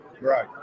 right